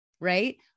right